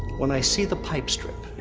when i see the pipe strip,